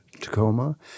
Tacoma